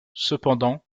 cependant